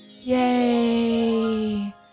Yay